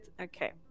Okay